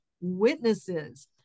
witnesses